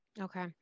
Okay